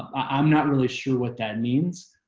i'm not really sure what that means,